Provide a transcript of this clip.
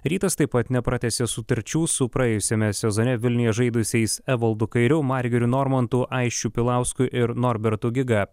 rytas taip pat nepratęsė sutarčių su praėjusiame sezone vilniuje žaidusiais evaldu kairiu margiriu normantu aisčiu pilausku ir norbertu giga